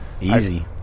easy